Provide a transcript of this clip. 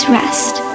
rest